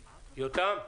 אדמי,